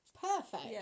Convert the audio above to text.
Perfect